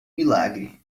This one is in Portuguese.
milagre